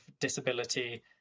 disability